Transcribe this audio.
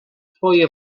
twoje